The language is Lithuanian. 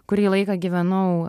kurį laiką gyvenau